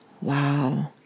wow